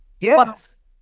Yes